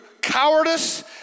cowardice